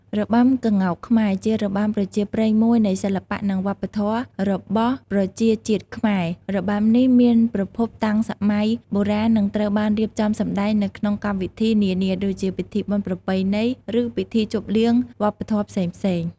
របាំក្ងោកខ្មែរ ជារបាំប្រជាប្រិយមួយនៃសិល្បៈនិងវប្បធម៌របស់ប្រជាជាតិខ្មែរ របាំនេះមានប្រភពតាំងសម័យបុរាណនិងត្រូវបានរៀបចំសម្ដែងនៅក្នុងកម្មវិធីនានា ដូចជា ពិធីបុណ្យប្រពៃណី ឬពិធីជប់លៀងវប្បធម៏ផ្សេងៗ។